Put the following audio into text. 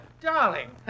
darling